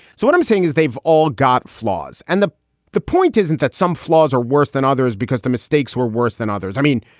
so what i'm saying is they've all got flaws. and the the point isn't that some flaws are worse than others because the mistakes were worse than others. i mean,